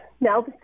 now